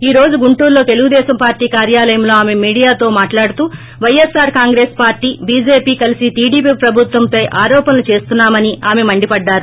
ఈ రోజు గుంటూరులోని తెలుగుదేశం పార్టీ కార్యాలయంలో ఆమె మీడియాతో మాట్లాడుతూ పైఎస్సార్ కాంగ్రెస్ పార్టీ బిజెపి కలసి టిడిప్ ప్రభుత్వంపై ఆరోపణలు చేస్తున్నాయని ఆమె మండిపడ్డారు